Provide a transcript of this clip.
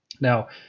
Now